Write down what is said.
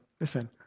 Listen